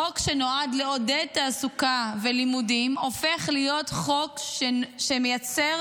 חוק שנועד לעודד תעסוקה ולימודים הופך להיות חוק שמייצר